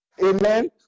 amen